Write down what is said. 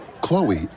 Chloe